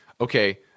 okay